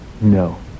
No